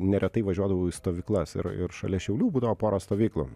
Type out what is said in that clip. neretai važiuodavau į stovyklas ir ir šalia šiaulių būdavo pora stovyklų